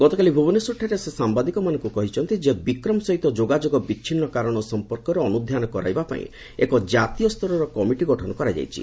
ଗତକାଲି ଭୁବନେଶ୍ୱରଠାରେ ସେ ସାମ୍ବାଦିକମାନଙ୍କୁ କହିଛନ୍ତି ଯେ ବିକ୍ରମ ସହିତ ଯୋଗାଯୋଗ ବିଚ୍ଛିନ୍ନ କାରଣ ସମ୍ପର୍କରେ ଅନୁଧ୍ୟାନ କରିବା ପାଇଁ ଏକ କାତୀୟ ସ୍ତରର କମିଟି ଗଠନ କରାଯାଇଛି